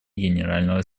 генерального